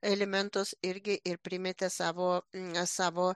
elementus irgi ir primetė savo savo